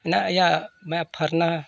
ᱚᱱᱟ ᱤᱭᱟᱹ ᱢᱮ ᱯᱷᱟᱨᱱᱟ